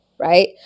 Right